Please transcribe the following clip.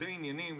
לניגודי עניינים,